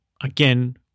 again